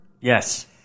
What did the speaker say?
Yes